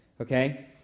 okay